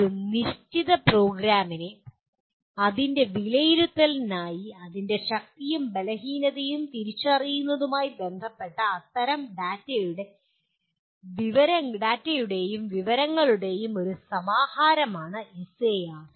ഒരു നിശ്ചിത പ്രോഗ്രാമിനെ അതിന്റെ വിലയിരുത്തലിനായി അതിന്റെ ശക്തിയും ബലഹീനതയും തിരിച്ചറിയുന്നതുമായി ബന്ധപ്പെട്ട അത്തരം ഡാറ്റയുടെയും വിവരങ്ങളുടെയും ഒരു സമാഹാരമാണ് എസ്എആർ